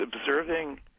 observing